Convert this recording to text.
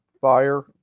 fire